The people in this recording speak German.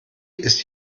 ist